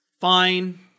Fine